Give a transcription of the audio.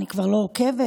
אני כבר לא עוקבת,